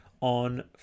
on